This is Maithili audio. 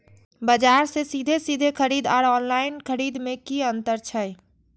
बजार से सीधे सीधे खरीद आर ऑनलाइन खरीद में की अंतर छै?